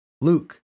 Luke